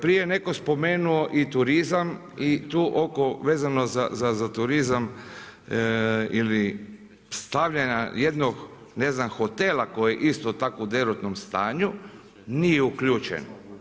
Prije je netko spomenuo i turizam i tu vezano za turizam ili stavljanja jednog hotela koji je isto tako u derutnom stanju, nije uključen.